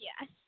Yes